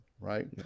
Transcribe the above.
right